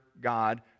God